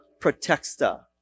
protexta